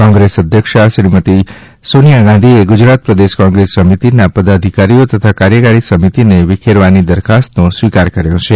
કોંગ્રેસ અધ્યક્ષ શ્રીમતી સોનિયા ગાંધીએ ગુજરાત પ્રદેશ કોંગ્રેસ સમિતીના પદાધિકારીઓ તથા કાર્યકારી સમિતીને વિખેરવાની દરખાસ્તનો સ્વીકાર કર્યો છે